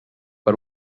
per